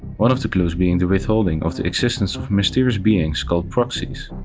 one of the clues being the withholding of the existence of mysterious beings called proxies.